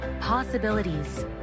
possibilities